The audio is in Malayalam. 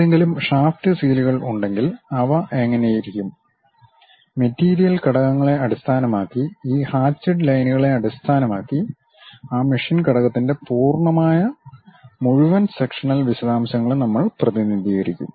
ഏതെങ്കിലും ഷാഫ്റ്റ് സീലുകൾ ഉണ്ടെങ്കിൽ അവ എങ്ങനെയിരിക്കും മെറ്റീരിയൽ ഘടകങ്ങളെ അടിസ്ഥാനമാക്കി ഈ ഹാചിഡ് ലൈന്കളെ അടിസ്ഥാനമാക്കി ആ മെഷീൻ ഘടകത്തിന്റെ പൂർണ്ണമായ മുഴുവൻ സെക്ഷനൽ വിശദാംശങ്ങളും നമ്മൾ പ്രതിനിധീകരിക്കും